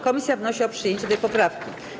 Komisja wnosi o przyjęcie tej poprawki.